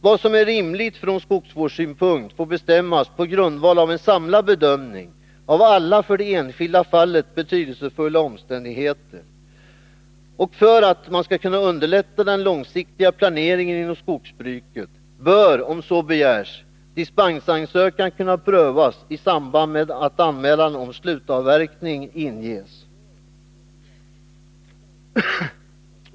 Vad som är rimligt från skogsvårdssynpunkt får bestämmas på grundval av en samlad bedömning av alla för det enskilda fallet betydelsefulla omständigheter. För att underlätta den långsiktiga planeringen inom skogsbruket bör — om så begärs — dispensansökan kunna prövas i samband med att anmälan om slutavverkning inges.